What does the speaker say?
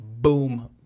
boom